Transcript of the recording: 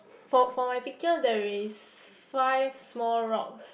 for for my picture there is five small rocks